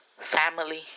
family